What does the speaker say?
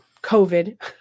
COVID